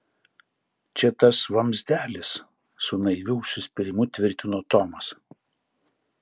čia tas vamzdelis su naiviu užsispyrimu tvirtino tomas